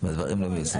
הדברים לא נעשים.